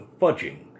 fudging